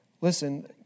Listen